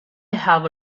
have